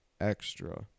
extra